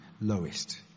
lowest